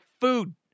food